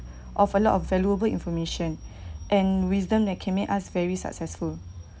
of a lot of valuable information and wisdom that can make us very successful